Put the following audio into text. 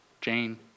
Jane